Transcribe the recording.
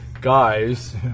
Guys